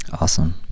Awesome